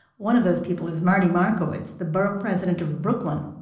one of those people is marty markowitz, the borough president of brooklyn.